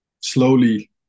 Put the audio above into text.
slowly